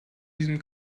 diesem